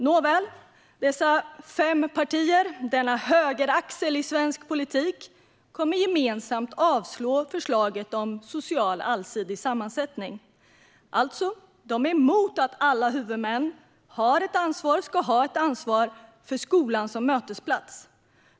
Nåväl: Dessa fem partier - denna högeraxel i svensk politik - kommer gemensamt att avslå förslaget om social allsidig sammansättning. De är alltså emot att alla huvudmän ska ha ett ansvar för skolan som mötesplats.